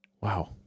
Wow